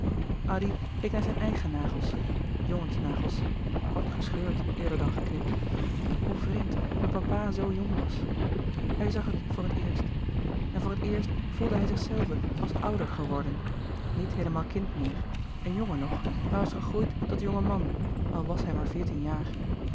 keek naar zijn eigen nagels jongensnagels kort gescheurd eerder dan geknipt hoe vreemd dat papa zoo jong was hij zag het voor het eerst en voor het eerst voelde hij zichzelven als ouder geworden niet heelemaal kind meer een jongen nog maar al gegroeid tot jonge man al was hij maar veertien jaar